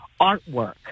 Artwork